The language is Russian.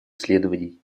исследований